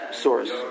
source